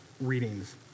readings